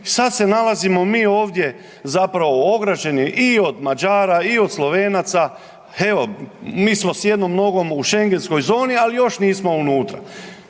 Sada se nalazimo mi ovdje zapravo ograđeni i od Mađara, i od Slovenaca. Evo, mi smo s jednom nogom u shangenskoj zoni, ali još nismo unutra.